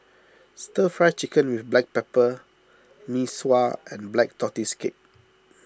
Stir Fry Chicken with Black Pepper Mee Sua and Black Tortoise Cake